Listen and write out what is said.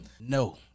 No